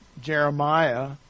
Jeremiah